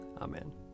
amen